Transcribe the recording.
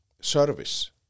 service